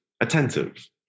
attentive